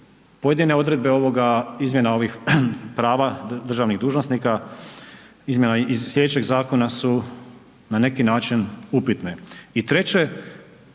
pojedine odredbe ovoga izmjena ovih prava državnih dužnosnika, izmjena iz sljedećeg zakona su na neki način upitne.